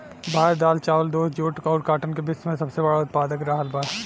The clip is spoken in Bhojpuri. भारत दाल चावल दूध जूट और काटन का विश्व में सबसे बड़ा उतपादक रहल बा